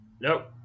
Nope